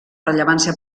rellevància